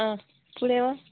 पुढे मग